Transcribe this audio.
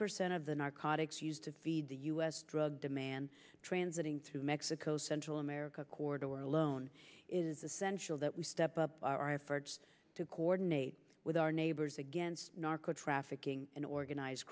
percent of the narcotics used to feed the u s drug demand transiting through mexico central america corridor alone is essential that we step up our efforts to coordinate with our neighbors against narco traffic in organized